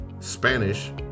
Spanish